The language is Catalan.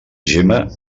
gemma